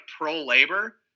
pro-labor